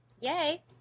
Yay